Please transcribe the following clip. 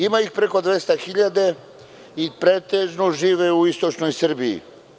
Ima ih preko 200 hiljada i pretežno žive u istočnoj Srbiji.